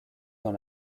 dans